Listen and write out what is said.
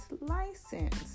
license